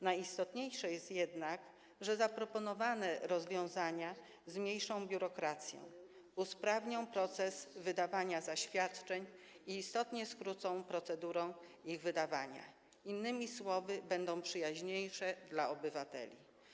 Najistotniejsze jest jednak to, że zaproponowane rozwiązania zmniejszą biurokrację, usprawnią proces wydawania zaświadczeń i istotnie skrócą procedurę ich wydawania, innymi słowy, będą przyjaźniejsze dla obywateli.